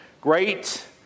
great